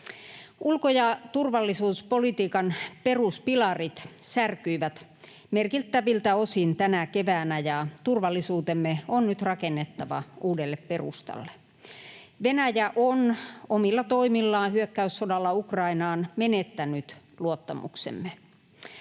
Ulko- ja turvallisuuspolitiikan peruspilarit särkyivät merkittäviltä osin tänä keväänä, ja turvallisuutemme on nyt rakennettava uudelle perustalle. Venäjä on omilla toimillaan, hyökkäyssodalla Ukrainaan, menettänyt luottamuksemme.